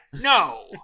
No